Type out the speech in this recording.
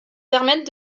permettent